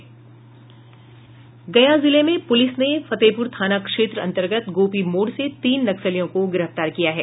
गया जिले में पुलिस ने फतेहपुर थान क्षेत्र अंतर्गत गोपी मोड़ से तीन नक्सलियों को गिरफ्तार किया है